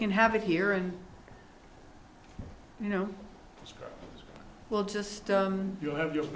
can have it here and you know we'll just you'll have your